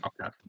okay